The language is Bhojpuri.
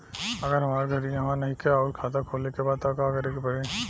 अगर हमार घर इहवा नईखे आउर खाता खोले के बा त का करे के पड़ी?